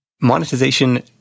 Monetization